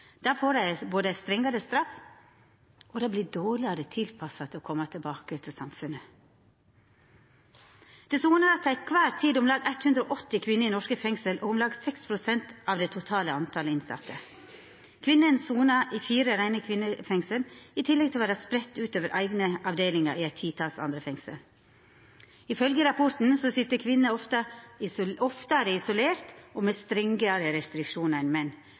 Dei får både strengare straff og vert dårlegare tilpassa til det å koma tilbake til samfunnet. Til kvar tid sonar om lag 180 kvinner i norske fengsel, om lag 6 pst. av det totale talet innsette. Kvinner sonar i fire reine kvinnefengsel, i tillegg til å vera spreidde utover i eigne avdelingar i eit titals andre fengsel. Ifølgje rapporten sit kvinner oftare isolerte og med strengare restriksjonar enn menn.